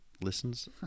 listens